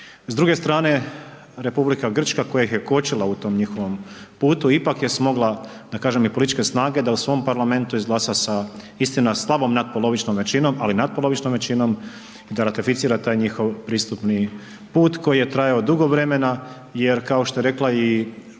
S druge strane Republika Grčke, koja ih je kočila u tom njihovom putu, ipak je smogla, da kažem i političke snage, da u svom parlamentu izglasa sa istina, slabom natpolovičnom većinom, ali natpolovičnom većinom da ratificira taj njihov pristupni put koji je trajao dugo vremena, jer kao što je rekla i